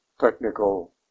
technical